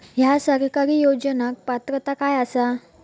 हया सरकारी योजनाक पात्रता काय आसा?